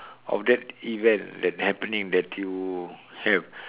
of that event that happening that you have